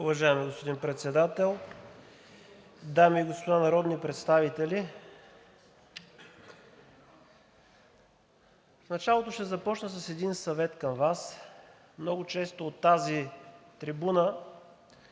Уважаеми господин Председател, дами и господа народни представители! В началото ще започна с един съвет към Вас. Много често от тази трибуна